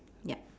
yup